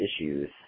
issues